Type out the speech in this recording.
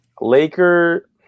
Laker –